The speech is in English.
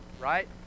right